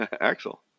Axel